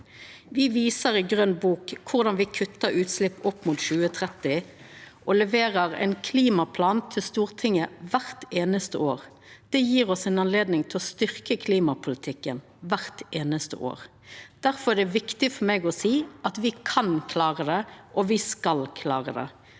Me viser i Grøn bok korleis me kuttar utslepp fram mot 2030, og leverer ein klimaplan til Stortinget kvart einaste år. Det gjev oss ei anledning til å styrkja klimapolitikken, kvart einaste år. Difor er det viktig for meg å seia at me kan klara det, og me skal klara det.